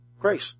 Grace